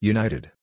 United